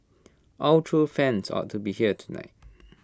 all true fans ought to be here tonight